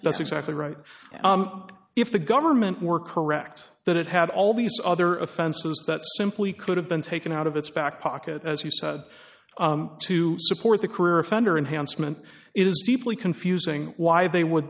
that's exactly right if the government were correct that it had all these other offenses that simply could have been taken out of its back pocket as he said to support the career offender enhanced meant it is deeply confusing why they would